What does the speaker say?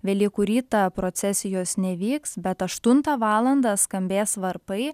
velykų rytą procesijos nevyks bet aštuntą valandą skambės varpai